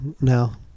now